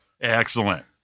Excellent